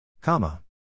Comma